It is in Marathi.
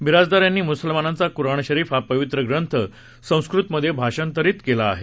बिराजदार यांनी मुसलमानांचा कुराण शरीफ हा पवित्र ग्रंथ संस्कृतमध्ये भाषांतरित केला आहे